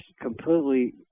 completely